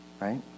right